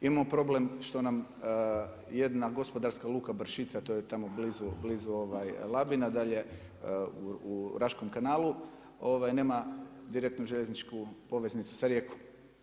Imamo problem što nam jedna gospodarska luka Bršica to je tamo blizu Labina, da je u Raškom kanalu, nema direktnu željezničku poveznicu sa Rijekom.